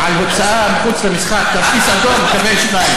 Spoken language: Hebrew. על הוצאה מחוץ למשחק, כרטיס אדום, תקבל שניים.